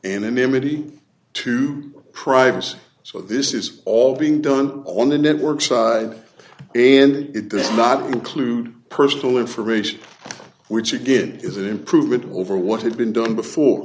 anonymity to privacy so this is all being done on the network side and it does not include personal information which again is an improvement over what had been done before